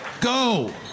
Go